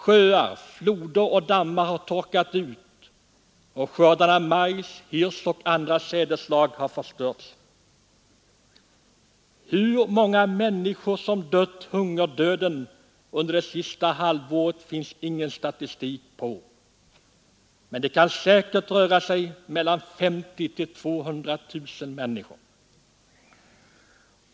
Sjöar, floder och dammar har torkat ut och skördarna av majs, hirs och andra sädeslag har förstörts. Hur många människor som dött hungerdöden under det senaste halvåret finns ingen statistik på, men det kan säkert röra sig om mellan 50 000 och 200 000.